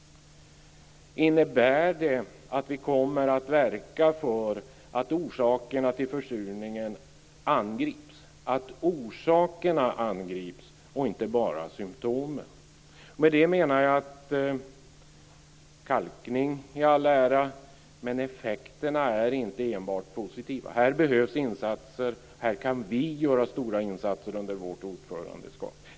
Innebär det att vi kommer att verka för att orsakerna till försurningen angrips - att orsakerna angrips och inte bara symtomen? Kalkning i all ära, men effekterna är inte enbart positiva. Här behövs insatser, och här kan vi göra stora insatser under vårt ordförandeskap.